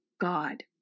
God